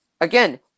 Again